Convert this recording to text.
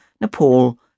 Nepal